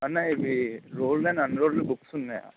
అన్నా ఇవి ruled and unruled books ఉన్నాయా